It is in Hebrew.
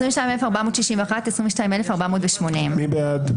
22,481 עד 22,500. מי בעד?